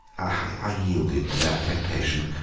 i yielded to that temptation.